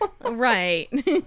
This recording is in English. right